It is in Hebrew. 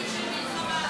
ימים של מלחמה.